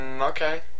Okay